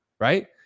right